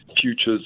futures